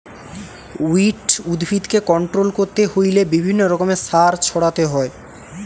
weed উদ্ভিদকে control করতে হইলে বিভিন্ন রকমের সার ছড়াতে হয়